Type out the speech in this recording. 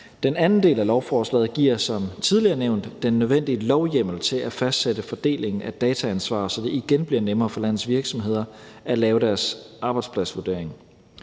Den anden del af lovforslaget giver som tidligere nævnt den nødvendige lovhjemmel til at fastsætte fordelingen af dataansvar, så det igen bliver nemmere for landets virksomheder at lave deres arbejdspladsvurdering.